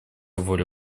воля